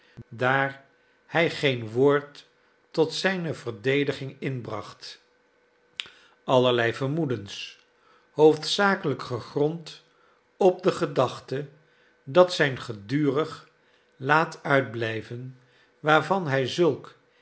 daar hij geen woord tot zijne verdediging inbracht allerlei vermoedens hoofdzakelijk gegrond op de gedachte dat zijn gedurig laat uitblijven waarvan hij zulk